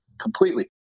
completely